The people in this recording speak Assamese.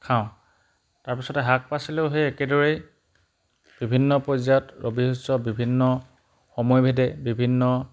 খাওঁ তাৰপিছতে শাক পাচলিও সেই একেদৰেই বিভিন্ন পৰ্যায়ত ৰবি শস্য বিভিন্ন সময়ভেদে বিভিন্ন